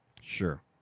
Sure